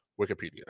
Wikipedia